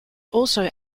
also